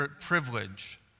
privilege